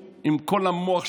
עם מי עמר בר לב,